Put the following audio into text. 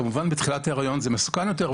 כמובן בתחילת ההיריון זה מסוכן יותר,